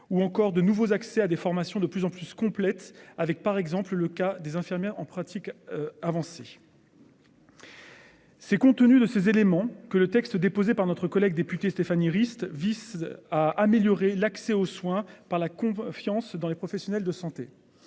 ou encore de nouveaux accès à des formations de plus en plus complète avec par exemple le cas des infirmières en pratique. Avancée. C'est compte tenu de ces éléments que le texte déposé par notre collègue députée Stéphanie Rist vice-à améliorer l'accès aux soins par la confiance dans les professionnels de santé.